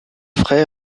frères